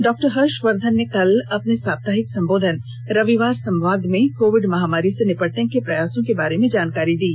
doctor Harshvardhan ने कल अपने साप्ताहिक संबोधन रविवार संवाद में कोविड महामारी से निपटने के प्रयासों के बारे में जानकारी दी